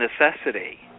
necessity